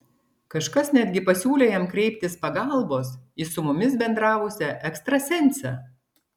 kažkas netgi pasiūlė jam kreiptis pagalbos į su mumis bendravusią ekstrasensę